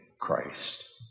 Christ